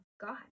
God